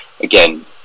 again